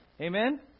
Amen